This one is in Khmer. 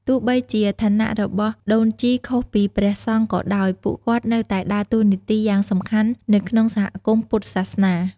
ទោះបីជាឋានៈរបស់ដូនជីខុសពីព្រះសង្ឃក៏ដោយ ពួកគាត់នៅតែដើរតួនាទីយ៉ាងសំខាន់នៅក្នុងសហគមន៍ពុទ្ធសាសនា។